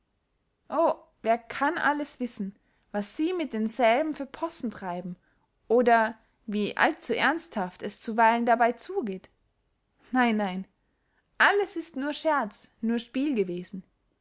o wer kann alles wissen was sie mit denselben für possen treiben oder wie allzuernsthaft es zuweilen dabey zugeht nein nein alles ist nur scherz nur spiel gewesen